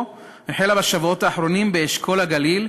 החלה בשבועות האחרונים באשכול הגליל,